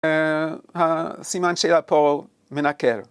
‫הסימן של הפועל מנקר.